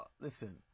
Listen